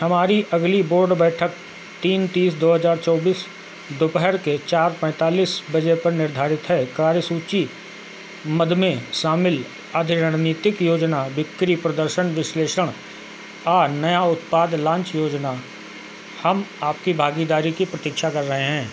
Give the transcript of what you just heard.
हमारी अगली बोर्ड बैठक तीन तीस दो हज़ार चौबीस दुपहर के चार पैंतालीस बजे पर निर्धारित है कार्यसूची मद में शामिल अधिरणनीतिक योजना बिक्री प्रदर्शन विश्लेषण और नया उत्पाद लॉन्च योजना हम आपकी भागीदारी की प्रतीक्षा कर रहे हैं